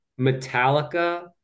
Metallica